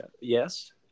Yes